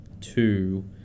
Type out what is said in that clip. two